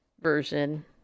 version